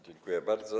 Dziękuję bardzo.